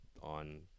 on